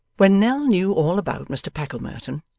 when nell knew all about mr packlemerton,